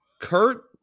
Kurt